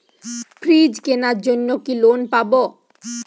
Fridge কেনার জন্য কি লোন পাব?